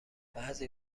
بعضی